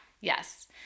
Yes